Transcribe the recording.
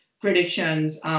predictions